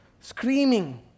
screaming